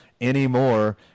anymore